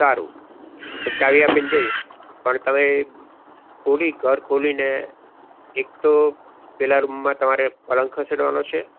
સારું તો ચાવી આપીન જઈશ પણ તમે ખોલી ઘર ખોલીને એકતો પેલા રૂમમાં તમારે પલંગ ખસેળવાનો છે